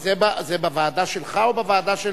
זה בוועדה שלך או בוועדה של,